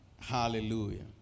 Hallelujah